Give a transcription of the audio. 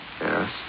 Yes